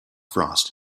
frost